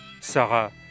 Sarah